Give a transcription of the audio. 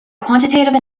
quantitative